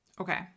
okay